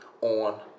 on